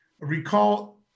recall